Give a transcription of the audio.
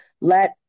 let